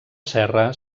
serra